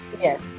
yes